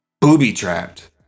booby-trapped